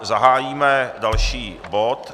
Zahájíme další bod.